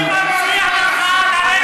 אני מציע לך, תגיד